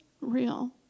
real